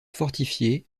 fortifié